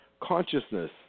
consciousness